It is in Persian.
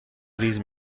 ریز